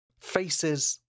faces